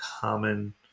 common